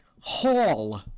hall